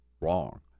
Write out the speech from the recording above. wrong